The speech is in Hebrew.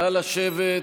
נא לשבת.